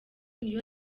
niyo